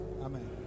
Amen